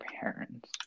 parents